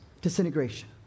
disintegration